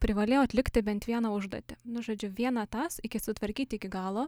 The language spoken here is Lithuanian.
privalėjau atlikti bent vieną užduotį nu žodžiu vieną tas iki sutvarkyti iki galo